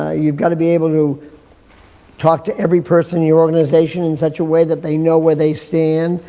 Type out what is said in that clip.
ah you've got to be able to talk to every person in your organization in such a way that they know where they stand.